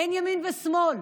אין ימין ושמאל.